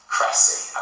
Cressy